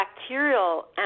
bacterial